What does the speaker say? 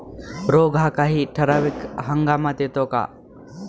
रोग हा काही ठराविक हंगामात येतो का?